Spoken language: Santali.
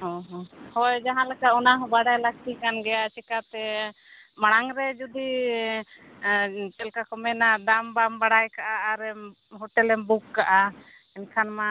ᱦᱮᱸ ᱦᱮᱸ ᱡᱟᱦᱟᱸ ᱞᱮᱠᱟ ᱚᱱᱟ ᱦᱚᱸ ᱵᱟᱲᱟᱭ ᱞᱟᱹᱠᱛᱤ ᱠᱟᱱ ᱜᱮᱭᱟ ᱪᱤᱠᱟᱛᱮ ᱢᱟᱲᱟᱝ ᱨᱮ ᱡᱩᱫᱤ ᱪᱮᱫ ᱞᱮᱠᱟ ᱠᱚ ᱢᱮᱱᱟ ᱫᱟᱢ ᱵᱟᱢ ᱵᱟᱲᱟᱭ ᱠᱟᱜᱼᱟ ᱟᱨᱮᱢ ᱦᱳᱴᱮᱞ ᱮᱢ ᱵᱩᱠ ᱠᱟᱜᱼᱟ ᱮᱱᱠᱷᱟᱱ ᱢᱟ